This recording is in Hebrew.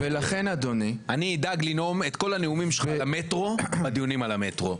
לכן אדוני אני אדאג לנאום את כל הנאומים של המטרו בדיונים על המטרו.